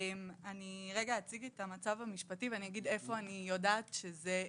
אני אציג את המצב המשפטי ואגיד איפה אני יודעת שזה עומד.